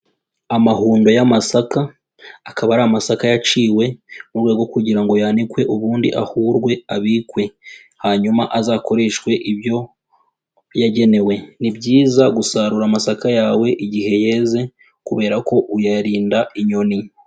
Amahundo y'amasaka, akaba ari amasaka yaciwe mu rwego kugira ngo yanikwe ubundi ahurwe, abikwe, hanyuma azakoreshwe ibyo yagenewe. Ni byiza gusarura amasaka yawe igihe yeze kubera ko uyarinda inyoni.